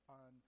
on